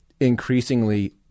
increasingly